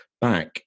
back